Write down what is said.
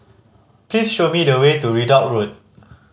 please show me the way to Ridout Road